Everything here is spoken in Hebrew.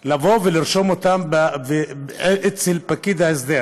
לבוא ולרשום אותן אצל פקיד ההסדר